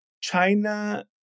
China